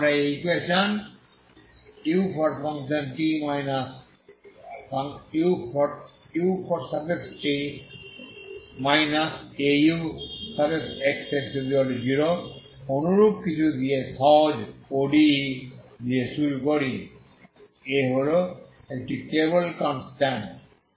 তাই আমরা এই ইকুয়েশন ut auxx0এর অনুরূপ কিছু দিয়ে সহজ ODE দিয়ে শুরু করি a হল একটি কেবল কনস্ট্যান্ট